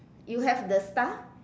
you have the star